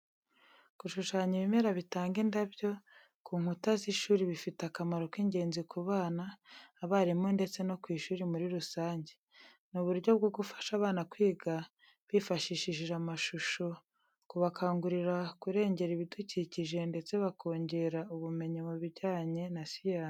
Gushushanya ibimera bitanga indabyo ku nkuta z’ishuri bifite akamaro k’ingenzi ku bana, abarimu ndetse no ku ishuri muri rusange. Ni uburyo bwo gufasha abana kwiga bifashishije amashusho, kubakangurira kurengera ibidukikije ndetse bakongera ubumenyi mu bijyanye na siyansi.